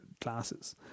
classes